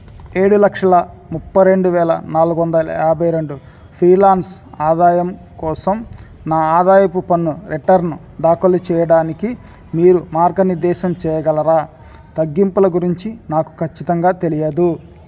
ఏడు లక్షల ముప్పై రెండు వేల నాలుగు వందల యాభై రెండు ఫ్రీలాన్స్ ఆదాయం కోసం నా ఆదాయపు పన్ను రిటర్న్ దాఖలు చేయడానికి మీరు మార్గనిర్దేశం చేయగలరా తగ్గింపుల గురించి నాకు ఖచ్చితంగా తెలియదు